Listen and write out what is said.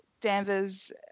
Danvers